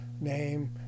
name